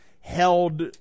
held